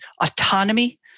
autonomy